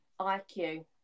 IQ